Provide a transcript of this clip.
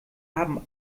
haben